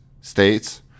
states